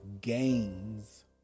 gains